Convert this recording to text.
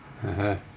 (uh huh)